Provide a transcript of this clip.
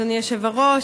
אדוני היושב-ראש,